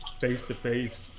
face-to-face